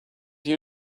you